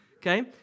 okay